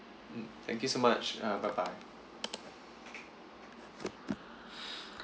mm thank you so much ah bye bye